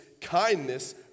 kindness